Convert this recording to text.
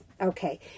okay